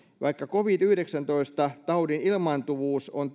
vaikka covid yhdeksäntoista taudin ilmaantuvuus on